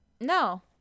No